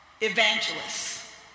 evangelists